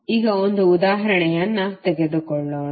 ಈಗ ಒಂದು ಉದಾಹರಣೆಯನ್ನು ತೆಗೆದುಕೊಳ್ಳೋಣ